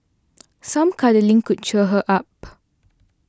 some cuddling could cheer her up